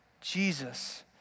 Jesus